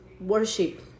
worship